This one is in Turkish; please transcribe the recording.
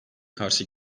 karşı